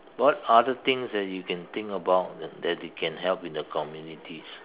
what other things that you can think about that that you can help in the communities